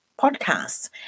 podcasts